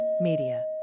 Media